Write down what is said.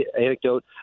anecdote